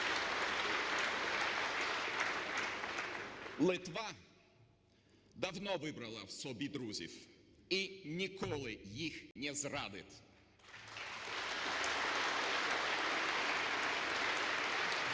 Литва давно вибрала собі друзів і ніколи їх не зрадить!